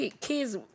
kids